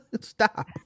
stop